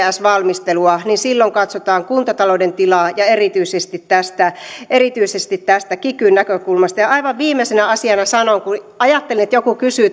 jts valmistelua niin silloin katsotaan kuntatalouden tilaa ja erityisesti tästä erityisesti tästä kikyn näkökulmasta ja aivan viimeisenä asiana kun ajattelin että joku kysyy